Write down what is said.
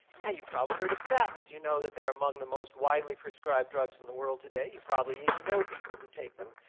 and you've probably heard of statins, you know that they're among the most widely prescribed drugs in the world today, you probably even know people who take them.